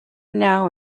now